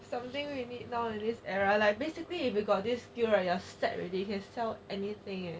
something we need nowadays era like basically if you got this skill right you are set already you can sell anything eh